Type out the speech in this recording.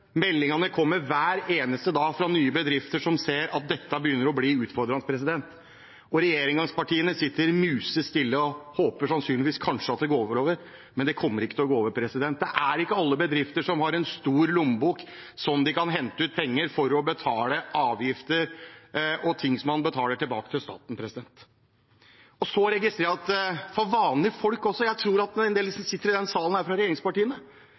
Meldingene kommer hver eneste dag fra nye bedrifter som ser at dette begynner å bli utfordrende, og regjeringspartiene sitter musestille og håper sannsynligvis kanskje at det går over, men det kommer ikke til å gå over. Det er ikke alle bedrifter som har en stor lommebok som de kan hente ut penger fra for å betale avgifter og ting man betaler tilbake til staten. Når det gjelder vanlige folk, tror jeg at en del av dem som sitter i denne salen fra regjeringspartiene, er langt unna der vanlige folk er. Representanter fra regjeringspartiene